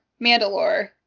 Mandalore